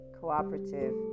cooperative